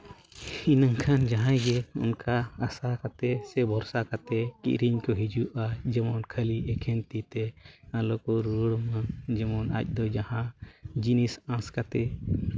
ᱤᱱᱟᱹᱠᱷᱟᱱ ᱡᱟᱦᱟᱸᱭ ᱜᱮ ᱚᱱᱠᱟ ᱟᱥᱟ ᱠᱟᱛᱮᱫ ᱥᱮ ᱵᱷᱚᱨᱥᱟ ᱠᱟᱛᱮᱫ ᱠᱤᱨᱤᱧ ᱠᱚ ᱦᱤᱡᱩᱜᱼᱟ ᱡᱮᱢᱚᱱ ᱠᱷᱟᱹᱞᱤ ᱮᱠᱮᱱ ᱛᱤᱛᱮ ᱟᱞᱚ ᱠᱚ ᱨᱩᱣᱟᱹᱲ ᱢᱟ ᱡᱮᱢᱚᱱ ᱟᱡ ᱫᱚ ᱡᱟᱦᱟᱸ ᱡᱤᱱᱤᱥ ᱟᱸᱥ ᱠᱟᱛᱮᱫ